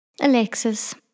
Alexis